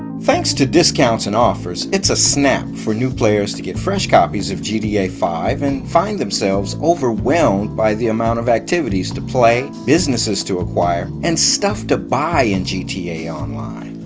thanks to discounts and offers, it's a snap for new players to get fresh copies of gta five and find themselves overwhelmed by the amount of activities to play, businesses to acquire and stuff to buy in gta online.